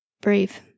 brave